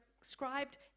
prescribed